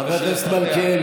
חבר הכנסת מלכיאלי,